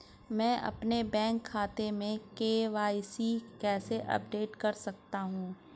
मैं अपने बैंक खाते में के.वाई.सी कैसे अपडेट कर सकता हूँ?